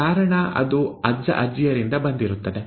ಕಾರಣ ಅದು ಅಜ್ಜಅಜ್ಜಿಯರಿಂದ ಬಂದಿರುತ್ತದೆ